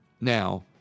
Now